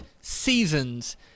seasons